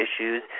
issues